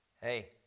hey